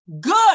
good